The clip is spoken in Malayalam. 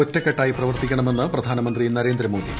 ഒറ്റക്കെട്ടായി പ്രവർത്തിക്കണമെന്ന് പ്രധാനമന്ത്രി നരേന്ദ്രമോദി